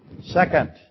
Second